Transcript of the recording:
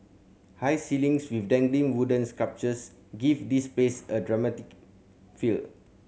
high ceilings with dangling wooden sculptures give this place a dramatic feel